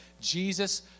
Jesus